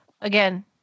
Again